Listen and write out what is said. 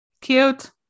Cute